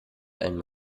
mal